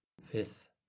Fifth